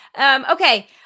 Okay